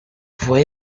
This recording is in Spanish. fue